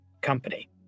company